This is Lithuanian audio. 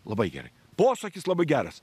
labai gerai posakis labai geras